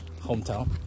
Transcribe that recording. hometown